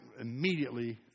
immediately